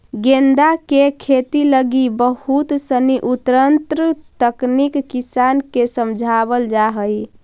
गेंदा के खेती लगी बहुत सनी उन्नत तकनीक किसान के समझावल जा हइ